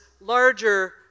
larger